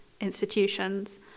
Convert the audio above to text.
institutions